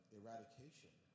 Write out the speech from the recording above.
eradication